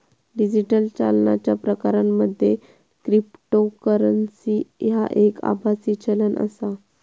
digital चालनाच्या प्रकारांमध्ये cryptocurrency ह्या एक आभासी चलन आसा